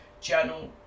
journal